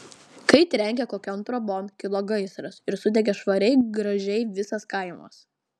kai trenkė kokion trobon kilo gaisras ir sudegė švariai gražiai visas kaimas